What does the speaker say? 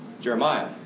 Jeremiah